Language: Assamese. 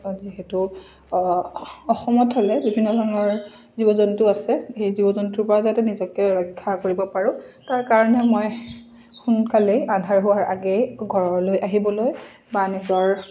যিহেতু অসমত হ'লে বিভিন্ন ধৰণৰ জীৱ জন্তু আছে সেই জীৱ জন্তুৰ পৰা যাতে নিজকে ৰক্ষা কৰিব পাৰোঁ তাৰ কাৰণে মই সোনকালেই আন্ধাৰ হোৱাৰ আগেই ঘৰলৈ আহিবলৈ বা নিজৰ